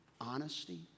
honesty